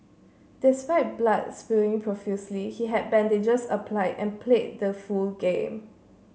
despite blood spewing profusely he had bandages applied and played the full game